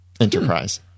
enterprise